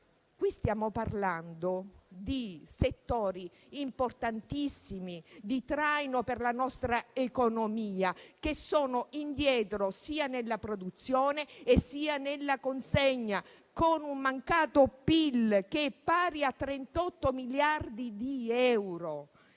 Stiamo parlando di settori importantissimi di traino per la nostra economia che sono indietro sia nella produzione, sia nella consegna, con un mancato PIL pari a 38 miliardi di euro.